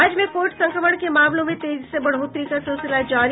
राज्य में कोविड संक्रमण के मामलों में तेजी से बढ़ोतरी का सिलसिला जारी